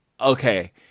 okay